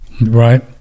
Right